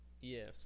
Yes